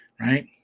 right